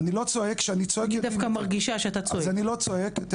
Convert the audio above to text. אני לא צועק, כשאני צועק יודעים את זה.